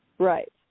Right